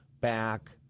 back